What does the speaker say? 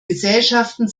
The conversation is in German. gesellschaften